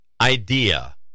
idea